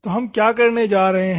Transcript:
तो हम क्या करने जा रहे हैं